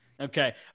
Okay